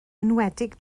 enwedig